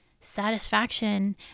Satisfaction